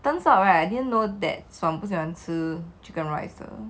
turns out right I didn't know that 不喜欢吃 chicken rice 的